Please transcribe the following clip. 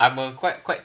I'm a quite quite